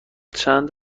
چند